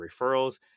referrals